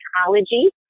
psychology